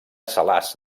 salàs